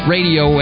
Radio